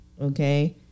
Okay